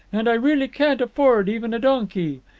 and i really can't afford even a donkey.